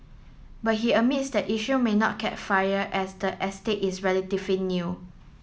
but he admits that issue may not catch fire as the estate is relatively new